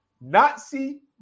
Nazi